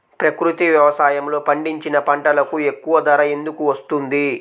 ప్రకృతి వ్యవసాయములో పండించిన పంటలకు ఎక్కువ ధర ఎందుకు వస్తుంది?